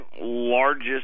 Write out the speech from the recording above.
largest